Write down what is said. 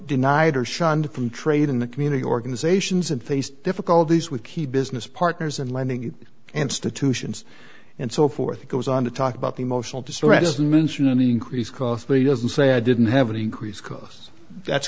denied or shunned from trade in the community organizations and faced difficulties with key business partners and lending institutions and so forth goes on to talk about the emotional distress just mention an increased cost but he doesn't say i didn't have an increase costs that's